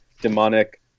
demonic